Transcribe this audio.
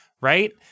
right